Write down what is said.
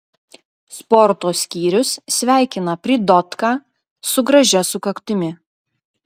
sporto skyrius sveikina pridotką su gražia sukaktimi